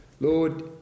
Lord